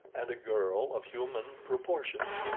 and a girl of human proportions.